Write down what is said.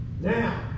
Now